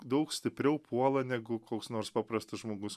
daug stipriau puola negu koks nors paprastas žmogus